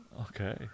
Okay